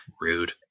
rude